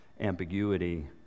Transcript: ambiguity